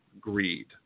greed